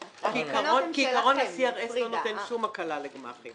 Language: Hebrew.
כעיקרון, ה-CRS לא נותן שום הקלה לגמ"חים.